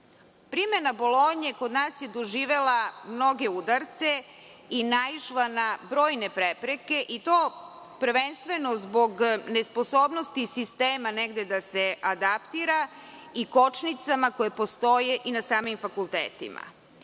Primena Bolonje kod nas je doživela mnoge udarce i naišla na brojne prepreke i to prvenstveno zbog nesposobnosti sistema negde da se adaptira i kočnicama koje postoje i na samim fakultetima.